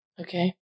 Okay